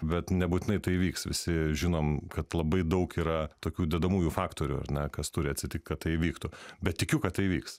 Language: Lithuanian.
bet nebūtinai tai įvyks visi žinom kad labai daug yra tokių dedamųjų faktorių na kas turi atsitikt kad tai įvyktų bet tikiu kad tai įvyks